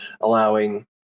allowing